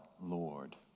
Lord